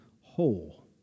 Whole